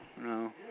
no